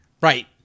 Right